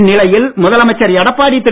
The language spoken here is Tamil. இந்நிலையில் முதலமைச்சர் எடப்பாடி திரு